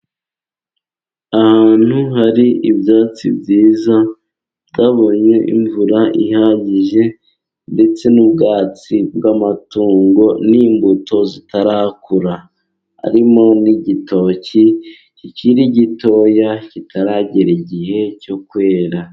Ahantu hari ibyatsi byiza bitabonye imvura ihagije, ndetse n'ubwatsi bw'amatungo n'imbuto zitarakura. Harimo n'igitoki kikiri gitoya kitaragera igihe cyo kwera.